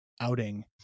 Outing